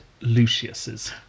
Lucius's